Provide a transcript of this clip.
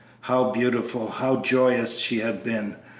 how beautiful, how joyous she had been!